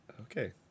Okay